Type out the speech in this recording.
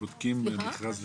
שבודקים מכרז לקציעות.